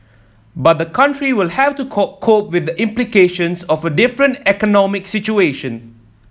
but the country will have to cope cope with the implications of a different economic situation